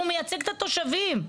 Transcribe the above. הוא מייצג את התושבים.